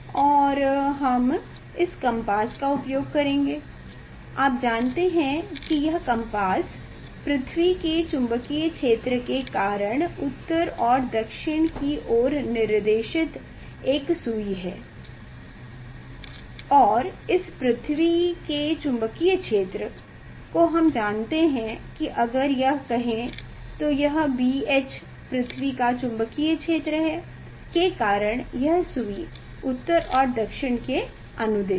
और हम इस कम्पास का उपयोग करेंगे आप जानते हैं कि यह कम्पास पृथ्वी के चुंबकीय क्षेत्र के कारण उत्तर और दक्षिण की ओर निर्देशित एक सुई है और उस पृथ्वी के चुंबकीय क्षेत्र को हम जानते हैं कि अगर यह कहे तो यह B H पृथ्वी का चुंबकीय क्षेत्र है के कारण यह सुई उत्तर और दक्षिण के अनुदिश है